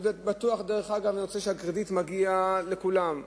דרך אגב, אני חושב שהקרדיט מגיע לכולם,